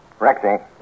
Rexy